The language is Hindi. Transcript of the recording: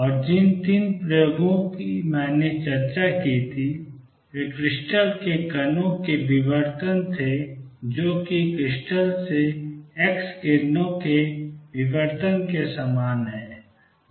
और जिन 3 प्रयोगों की मैंने चर्चा की थी वे क्रिस्टल से कणों के विवर्तन थे जो कि क्रिस्टल से एक्स किरणों के विवर्तन के समान है